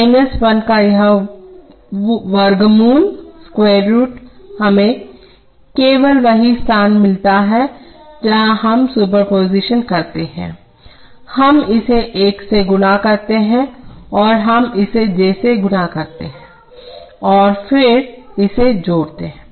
minus 1 का यह वर्गमूल हमें केवल वही स्थान मिलता है जहाँ हम सुपर पोजीशन करते हैं हम इसे 1 से गुणा करते हैं और हम इसे j से गुणा करते हैं और फिर इसे जोड़ते हैं